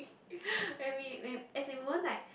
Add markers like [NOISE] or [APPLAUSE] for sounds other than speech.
[BREATH] when we when as in we won't like